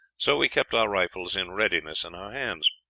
so we kept our rifles in readiness in our hands.